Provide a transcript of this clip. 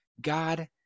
God